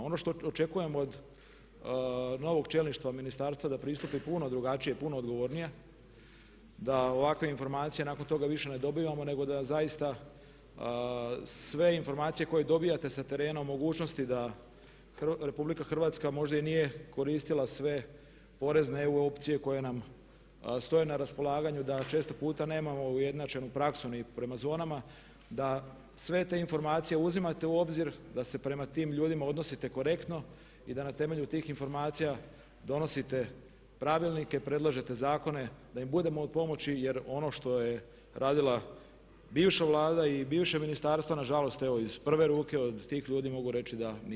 Ono što očekujemo od novog čelništva ministarstva da pristupi puno drugačije, puno odgovornije, da ovakve informacije nakon toga više ne dobivamo nego da zaista sve informacije koje dobivate sa terena o mogućnosti da Republika Hrvatska možda i nije koristila sve porezne EU opcije koje nam stoje na raspolaganju, da često puta nemamo ujednačenu praksu ni prema zonama, da sve te informacije uzimate u obzir, da se prema tim ljudima odnosite korektno i da na temelju tih informacija donosite pravilnike, predlažete zakone, da im budemo od pomoći jer ono što je radila bivša Vlada i bivše ministarstvo na žalost evo iz prve ruke od tih ljudi mogu reći da nisu zadovoljni.